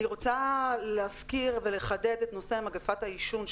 אני רוצה להזכיר ולחדד את נושא מגפת העישון,